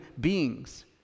beings